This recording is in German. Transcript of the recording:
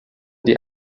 die